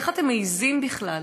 איך אתם מעזים בכלל?